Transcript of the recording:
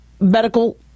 medical